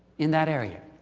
in that area?